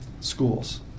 schools